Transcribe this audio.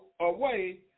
away